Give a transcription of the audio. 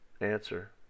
answer